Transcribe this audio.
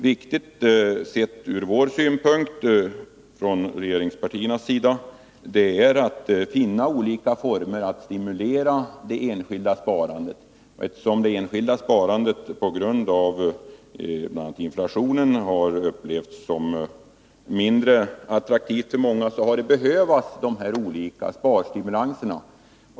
Viktigt sett ur regeringspartiernas synpunkt är att finna olika former för att stimulera det enskilda sparandet. Eftersom det enskilda sparandet bl.a. på grund av inflationen har upplevts som mindre attraktivt har olika sparstimulanser varit särskilt motiverade.